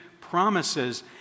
promises